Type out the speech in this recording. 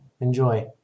enjoy